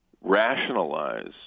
rationalize